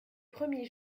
premiers